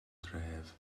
dref